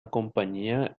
compañía